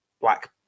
black